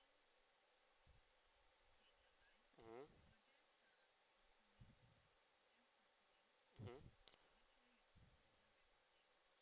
mmhmm mmhmm